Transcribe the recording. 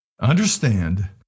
Understand